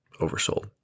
oversold